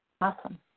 Awesome